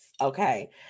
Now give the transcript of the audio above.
okay